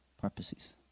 purposes